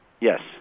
Yes